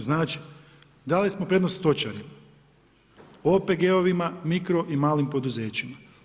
Znači, dali smo prednost stočarima, OPG-ovima, mikro i malim poduzećima.